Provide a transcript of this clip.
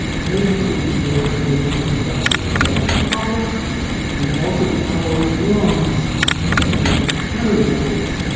the main activity there had been the production of bars of copper and also the alloy of bronze used to make cannonballs.